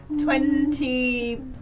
Twenty